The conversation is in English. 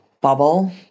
bubble